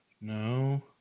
no